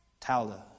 Talda